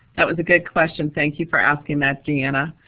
that was a good question. thank you for asking that, deanna.